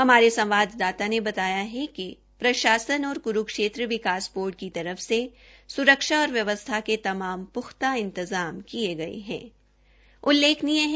हमारे संवाददाता ने बताया कि प्रशासन और क्रूक्षेत्र विकास बोर्ड की तर फ से स्रक्षा और व्यवस्था के तमाम प्ख्ता इंतजाम किये गये है